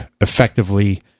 effectively